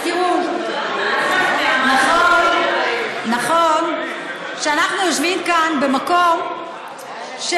אז תראו, נכון שאנחנו יושבים כאן במקום של,